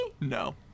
No